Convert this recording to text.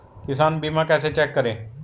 किसान बीमा कैसे चेक करें?